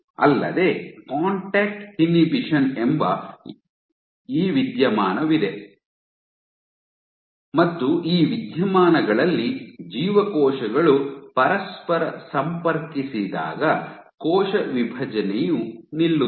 ಅಲ್ಲದೆ contact inhibition ಎಂಬ ಈ ವಿದ್ಯಮಾನವಿದೆ ಮತ್ತು ಈ ವಿದ್ಯಮಾನಗಳಲ್ಲಿ ಜೀವಕೋಶಗಳು ಪರಸ್ಪರ ಸಂಪರ್ಕಿಸಿದಾಗ ಕೋಶ ವಿಭಜನೆಯು ನಿಲ್ಲುತ್ತದೆ